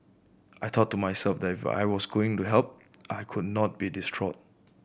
I thought to myself that if I was going to help I could not be distraught